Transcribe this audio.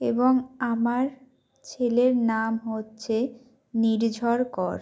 এবং আমার ছেলের নাম হচ্ছে নির্ঝর কর